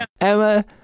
emma